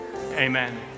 Amen